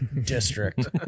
district